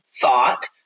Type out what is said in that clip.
thought